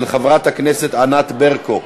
נתקבלה.